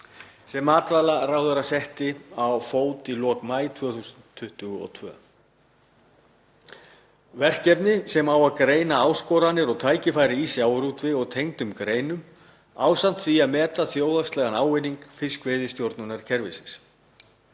sem matvælaráðherra setti á fót í lok maí 2022, verkefni sem á að greina áskoranir og tækifæri í sjávarútvegi og tengdum greinum ásamt því að meta þjóðhagslegan ávinning fiskveiðistjórnarkerfisins.